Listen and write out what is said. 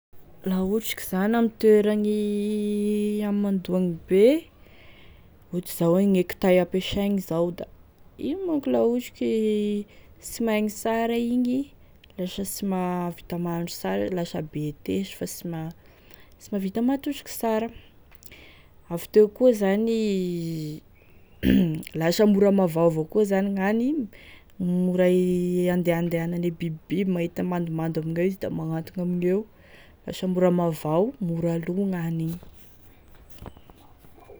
La ohatry ka zany ame toeragny hamandoagny be ohatry zao gne kitay ampiasaigny zao ka da igny manko la ohatry ka e sy maigny sara igny lasa sy mahavita mahandro sara, lasa be tesy fa tsy mahavita tsy mahavita mahatosiky sara, avy teo koa zany lasa mora mavao avao koa zany gn'hany mora andehandehanane bibibiby, mahita mandomando amigneo izy da magnantogny amigneo, lasa mora mavao, mora lo gn'hany igny.